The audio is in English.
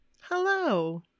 Hello